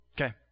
Okay